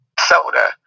soda